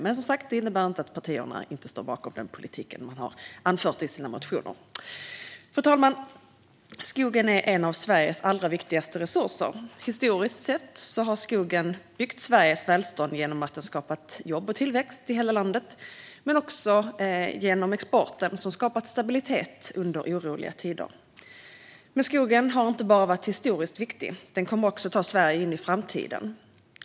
Men det innebär som sagt inte att partierna inte står bakom den politik de anfört i sina motioner. Fru talman! Skogen är en av Sveriges allra viktigaste resurser. Historiskt sett har skogen byggt Sveriges välstånd genom att den har skapat jobb och tillväxt i hela landet men också genom att exporten har skapat stabilitet under oroliga tider. Skogen har dock inte bara varit historiskt viktig. Den kommer också att ta Sverige in i framtiden.